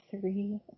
three